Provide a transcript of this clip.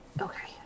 okay